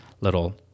little